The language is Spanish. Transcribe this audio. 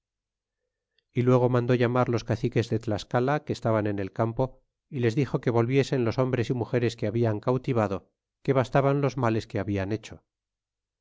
y luego mandó llamar los caciques de tlascala que estaban en el campo é les dixo que volviesen los hombres y mugeres que habian cautivado que bastaban los males que habian hecho